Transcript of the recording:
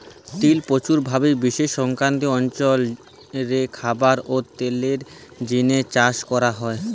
তিল প্রচুর ভাবি বিশ্বের ক্রান্তীয় অঞ্চল রে খাবার ও তেলের জিনে চাষ করা হয়